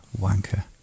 Wanker